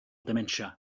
dementia